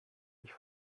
mich